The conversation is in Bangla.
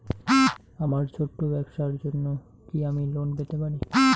আমার ছোট্ট ব্যাবসার জন্য কি আমি লোন পেতে পারি?